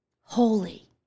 Holy